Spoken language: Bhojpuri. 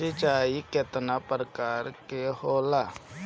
सिंचाई केतना प्रकार के होला?